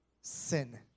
sin